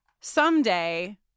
Someday